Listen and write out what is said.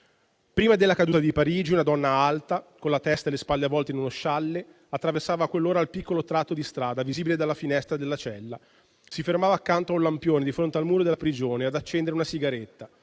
«Prima della caduta di Parigi una donna alta con la testa e le spalle avvolti in uno scialle attraversava a quell'ora il piccolo tratto di strada visibile dalla finestra della cella, si fermava accanto a un lampione di fronte al muro della prigione ad accendere una sigaretta